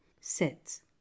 Sits